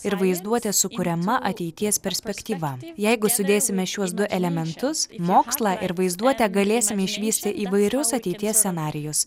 ir vaizduotė sukuriama ateities perspektyva jeigu sudėsime šiuos du elementus mokslą ir vaizduotę galėsime išvysti įvairius ateities scenarijus